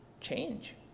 change